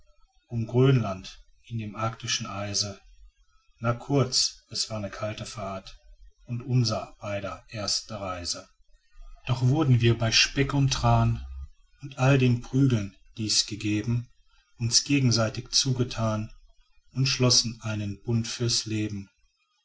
grönland in dem arktischen eise na kurz es war ne kalte fahrt und unser beider erste reise doch wurden wir bei speck und thran und all den prügeln die's gegeben uns gegenseitig zugethan und schlossen einen bund fürs leben